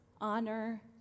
honor